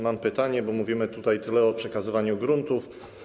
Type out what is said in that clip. Mam pytanie, bo mówimy tutaj tyle o przekazywaniu gruntów.